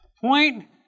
point